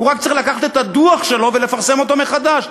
הוא רק צריך לקחת את הדוח שלו ולפרסם אותו מחדש,